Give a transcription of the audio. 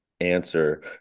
answer